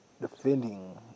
defending